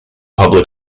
public